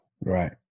Right